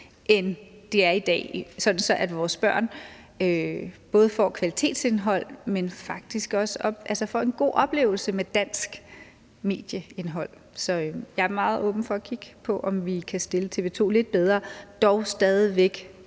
end det er i dag, sådan at vores børn både får kvalitetsindhold, men faktisk også får en god oplevelse med dansk medieindhold. Så jeg er meget åben for at kigge på, om vi kan stille TV 2 lidt bedre, dog stadig væk